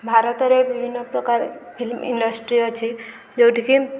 ଭାରତରେ ବିଭିନ୍ନ ପ୍ରକାର ଫିଲ୍ମ ଇଣ୍ଡଷ୍ଟ୍ରି ଅଛି ଯେଉଁଠିକି